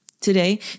Today